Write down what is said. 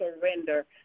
surrender